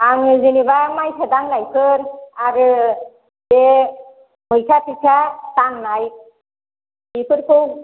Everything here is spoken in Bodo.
आङो जेनेबा मायसा दांनायफोर आरो बे मैथा थैथा दांनाय बेफोरखौ